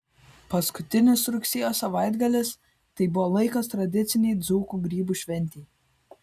paskutinis rugsėjo savaitgalis tai buvo laikas tradicinei dzūkų grybų šventei